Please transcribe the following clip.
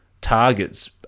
targets